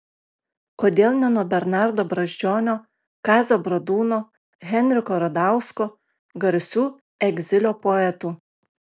kodėl ne nuo bernardo brazdžionio kazio bradūno henriko radausko garsių egzilio poetų